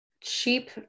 Cheap